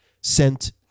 sent